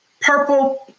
purple